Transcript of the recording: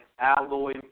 alloy